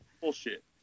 Bullshit